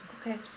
Okay